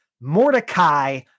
Mordecai